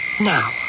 Now